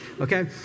Okay